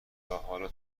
تاحالا